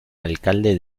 alcalde